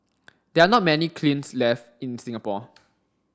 there are not many kilns left in Singapore